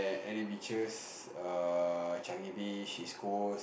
any beaches err Changi Beach East Coast